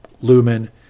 Lumen